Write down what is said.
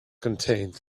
contained